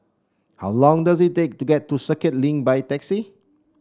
how long does it take to get to Circuit Link by taxi